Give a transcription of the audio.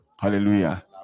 hallelujah